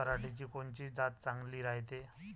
पऱ्हाटीची कोनची जात चांगली रायते?